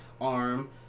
arm